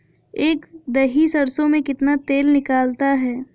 एक दही सरसों में कितना तेल निकलता है?